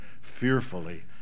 fearfully